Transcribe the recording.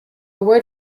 word